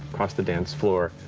across the dance floor.